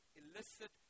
illicit